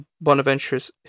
Bonaventure's